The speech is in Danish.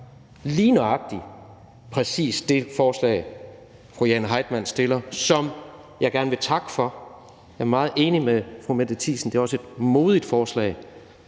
rigtige at gøre præcis det, fru Jane Heitmann stiller forslag om, og som jeg gerne vil takke for. Jeg er meget enig med fru Mette Thiesen i, at det også er et modigt forslag,